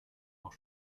auch